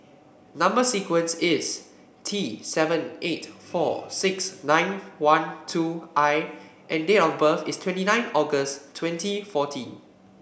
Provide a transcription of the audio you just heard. number sequence is T seven eight four six nine one two I and date of birth is twenty nine August twenty fourteen